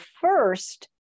first